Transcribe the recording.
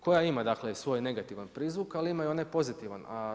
Koja ima dakle, svoj negativan prizvuk, ali ima i onaj pozitivan.